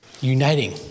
uniting